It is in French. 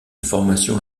formation